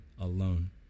alone